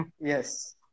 Yes